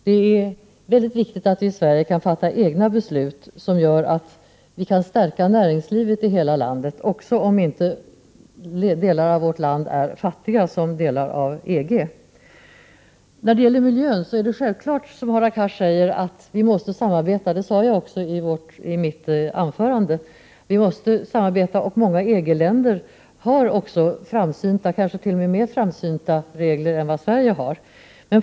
Det är mycket viktigt att vi i Sverige kan fatta egna beslut som leder till att vi kan stärka näringslivet i hela landet, också om inte delar av vårt land är så fattiga som delar av EG. När det gäller miljön är det självklart så som Hadar Cars sade, nämligen att vi måste samarbeta. Det sade jag också i mitt anförande. Vi måste samarbeta, och många EG-länder har också framsynta, kanske t.o.m. mer framsynta, regler än dem Sverige har.